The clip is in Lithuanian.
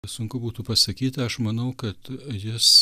sunku būtų pasakyt aš manau kad jis